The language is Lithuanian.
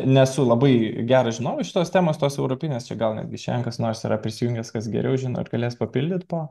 nesu labai geras žinovas šitos temos tos europinės čia gal netgi šiandien kas nors yra prisijungęs kas geriau žino ir galės papildyt po